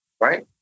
right